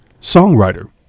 songwriter